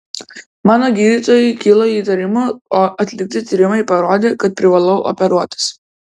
mano gydytojai kilo įtarimų o atlikti tyrimai parodė kad privalau operuotis